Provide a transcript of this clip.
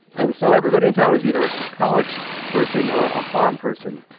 and so everybody in town was either a college person or a farm person.